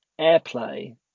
airplay